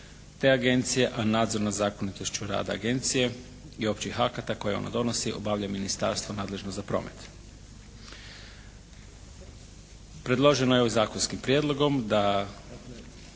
te agencije, a nadzor nad zakonitošću rada agencije i općih akata koje ona donosi obavlja ministarstvo nadležno za promet. Predloženo je ovim zakonskim prijedlogom da